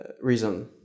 reason